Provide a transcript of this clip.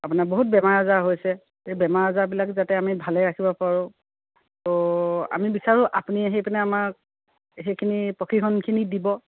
আপোনাৰ বহুত বেমাৰ আজাৰ হৈছে সেই বেমাৰ আজাৰবিলাক যাতে আমি ভালে ৰাখিব পাৰোঁ ত' আমি বিচাৰোঁ আপুনি আহি পিনে আমাক সেইখিনি প্ৰশিক্ষণখিনি দিব